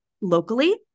locally